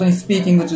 speaking